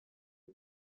自治